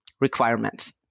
requirements